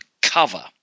cover